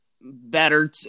better